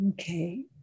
Okay